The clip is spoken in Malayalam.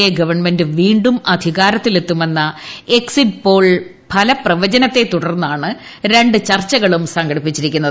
എ ഗവണ്മെന്റ് വീണ്ടും അധികാരത്തിലെത്തുമെന്ന എക്സിറ്റ് പോൾ ഫലപ്രവചനത്തെ തുടർന്നാണ് രണ്ടു ചർച്ചകളും സംഘടിപ്പിച്ചിരിക്കുന്നത്